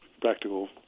practical